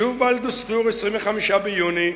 שוב ב"אל-דוסטור", 25 ביוני,